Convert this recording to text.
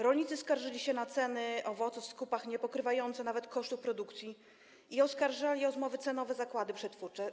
Rolnicy skarżyli się na ceny owoców w skupach niepokrywające nawet kosztów produkcji i oskarżali o zmowy cenowe zakłady przetwórcze.